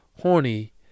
horny